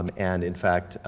um and, in fact,